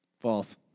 False